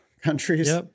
countries